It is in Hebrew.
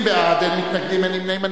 20 בעד, אין מתנגדים, אין נמנעים.